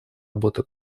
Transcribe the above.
работы